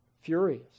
furious